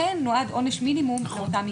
עונש מינימום נועד לאותם מקרים.